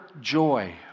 joy